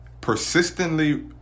persistently